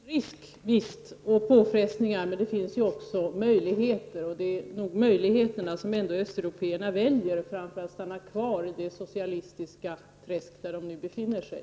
Herr talman! Visst finns det risk för påfrestningar, men det finns också möjligheter. Och det är nog möjligheterna som östeuropéerna väljer framför att stanna kvar i det socialistiska träsk där de nu befinner sig.